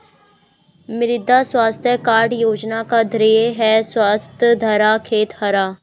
मृदा स्वास्थ्य कार्ड योजना का ध्येय है स्वस्थ धरा, खेत हरा